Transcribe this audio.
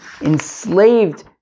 enslaved